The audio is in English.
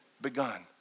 begun